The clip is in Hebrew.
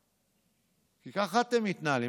כי ככה אתם מתנהלים.